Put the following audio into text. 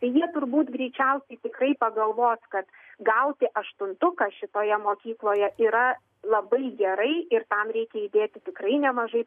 tai jie turbūt greičiausiai tiktai pagalvos kad gauti aštuntuką šitoje mokykloje yra labai gerai ir tam reikia įdėti tikrai nemažai